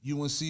UNC